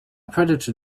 predator